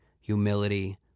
humility